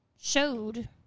showed